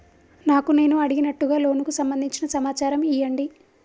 నాకు నేను అడిగినట్టుగా లోనుకు సంబందించిన సమాచారం ఇయ్యండి?